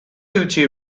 eutsi